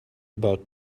about